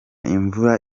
imvura